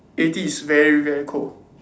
eighty is very very cold